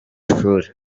ishuri